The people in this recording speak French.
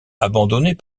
abandonnés